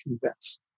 convince